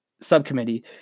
subcommittee